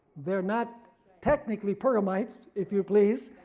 they are not technically pergamites, if you please,